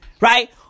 right